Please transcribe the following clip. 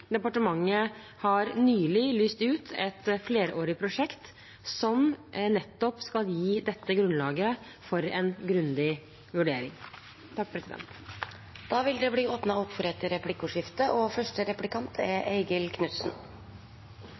Departementet har nylig lyst ut et flerårig prosjekt som nettopp skal gi dette grunnlaget for en grundig vurdering. Det blir replikkordskifte. Det er jo en rørende enighet i salen i dag om at allmenngjøringsordningen er